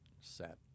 set